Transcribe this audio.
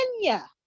Kenya